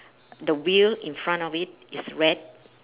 the wheel in front of it is red